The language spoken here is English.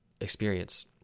experience